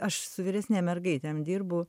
aš su vyresnėm mergaitėm dirbu